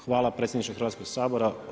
Hvala predsjedniče Hrvatskog sabora.